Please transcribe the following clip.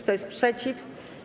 Kto jest przeciw?